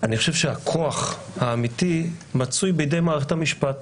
חושב שהכוח האמיתי מצוי בידי מערכת המשפט.